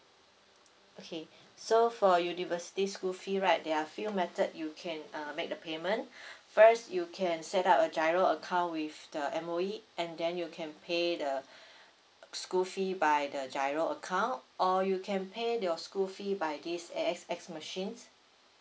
okay so for university school fee right there are few method you can uh make the payment first you can set up a giro account with the M_O_E and then you can pay the school fee by the giro account or you can pay your school fee by this A_X_S machines